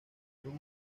con